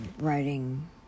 writing